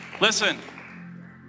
Listen